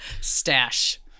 Stash